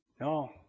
no